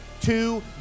Two